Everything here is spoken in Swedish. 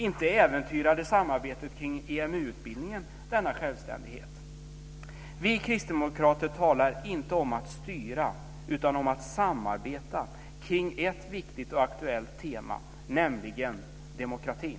Inte äventyrade samarbetet kring EMU-utbildningen denna självständighet. Vi kristdemokrater talar inte om att styra utan om att samarbeta kring ett viktigt och aktuellt tema, nämligen demokratin.